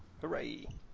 Hooray